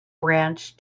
branch